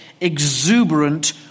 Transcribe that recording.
exuberant